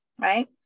right